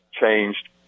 changed